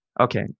okay